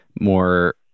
more